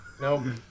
no